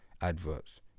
adverts